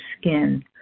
skin